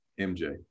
MJ